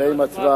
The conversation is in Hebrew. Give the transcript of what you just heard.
זה עם הצבעה.